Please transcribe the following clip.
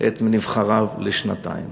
את נבחריו לשנתיים,